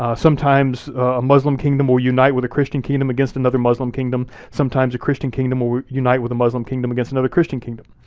sometimes a muslim kingdom will unite with a christian kingdom against another muslim kingdom. sometimes a christian kingdom will unite with a muslim kingdom against another christian kingdom.